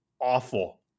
awful